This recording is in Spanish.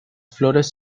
flores